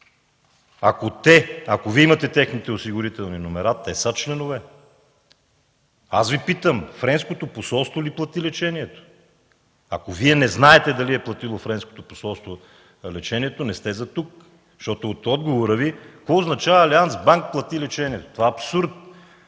не са? Ако Вие имате техните осигурителни номера, те са членове. Аз Ви питам: Френското посолство ли плати лечението? Ако Вие не знаете дали Френското посолство е платило лечението, не сте за тук. Защото от отговора Ви – какво означава „Алианц банк” плати лечението? Това е абсурд!